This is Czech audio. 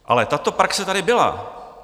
Ale tato praxe tady byla.